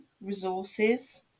resources